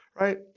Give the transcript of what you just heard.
right